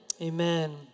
Amen